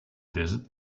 desert